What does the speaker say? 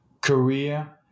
career